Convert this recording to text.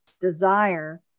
desire